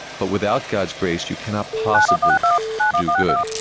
but without god's grace you cannot possibly do good.